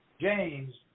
James